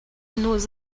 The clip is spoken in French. nous